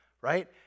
Right